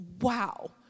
wow